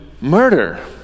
murder